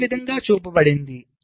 ఇది ఈ విధంగా చూపబడింది